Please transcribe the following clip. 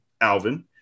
Alvin